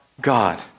God